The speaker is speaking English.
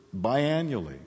biannually